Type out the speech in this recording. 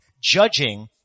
judging